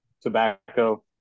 tobacco